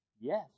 Yes